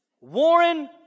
Warren